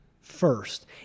first